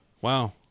Wow